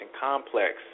complex